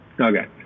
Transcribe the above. Okay